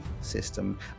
system